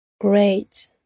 Great